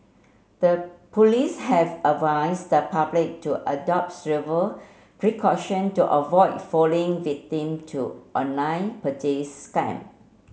the police have advised the public to adopt precaution to avoid falling victim to online purchase scam